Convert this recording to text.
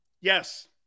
Yes